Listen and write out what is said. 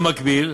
במקביל,